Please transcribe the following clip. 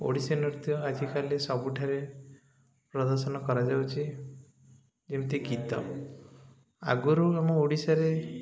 ଓଡ଼ିଶୀ ନୃତ୍ୟ ଆଜିକାଲି ସବୁଠାରେ ପ୍ରଦର୍ଶନ କରାଯାଉଛି ଯେମିତି ଗୀତ ଆଗରୁ ଆମ ଓଡ଼ିଶାରେ